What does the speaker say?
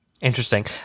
Interesting